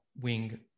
wing